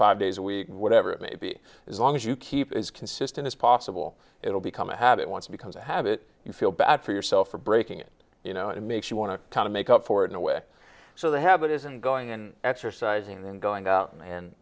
five days a week whatever it may be as long as you keep as consistent as possible it will become a habit once becomes a habit you feel bad for yourself for breaking it you know it makes you want to make up for it in a way so the habit isn't going and exercising then going out and